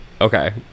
okay